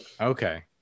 Okay